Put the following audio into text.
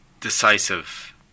decisive